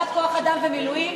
ועדת כוח-אדם ומילואים